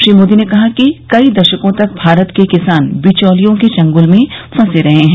श्री मोदी ने कहा कि कई दशकों तक भारत के किसान बिचौलियों के चग्ल में फंसे रहे हैं